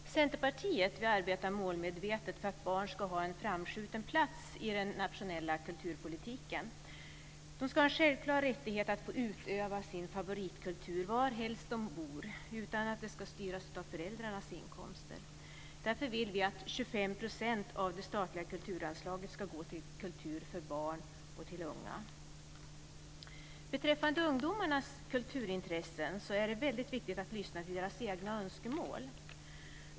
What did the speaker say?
Fru talman! Centerpartiet arbetar målmedvetet för att barn ska ha en framskjuten plats i den nationella kulturpolitiken. De ska ha en självklar rättighet att få utöva sin favoritkultur varhelst de bor och utan att det ska styras av föräldrarnas inkomster. Därför vill vi att Beträffande ungdomarnas kulturintressen är det väldigt viktigt att lyssna till deras egna önskemål.